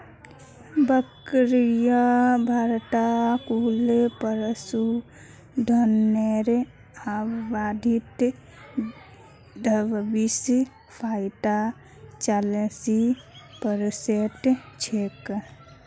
बकरियां भारतत कुल पशुधनेर आबादीत छब्बीस पॉइंट चालीस परसेंट छेक